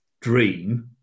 dream